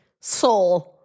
soul